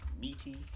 Meaty